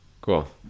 Cool